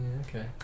okay